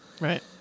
right